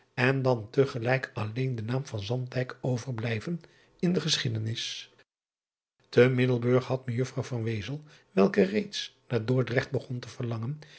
en dan te gelijk alleen de naam van andijk overblijven in de geschiedenis e iddelburg had ejuffrouw welke reeds naar ordrecht begon te verlangen